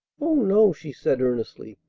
oh, no! she said earnestly.